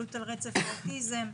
מוגבלות על רצף האוטיזם,